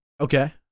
Okay